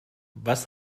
was